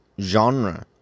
genre